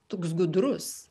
toks gudrus